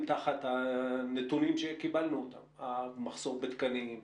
תחת הנתונים שקיבלנו - המחסור בתקנים,